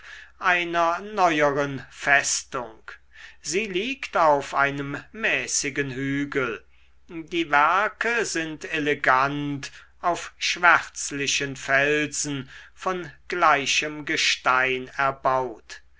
einer neueren festung sie liegt auf einem mäßigen hügel die werke sind elegant auf schwärzlichen felsen von gleichem gestein erbaut